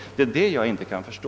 Det är det jag inte kan förstå.